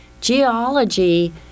geology